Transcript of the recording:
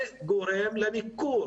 זה גורם לניכור